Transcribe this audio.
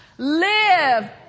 live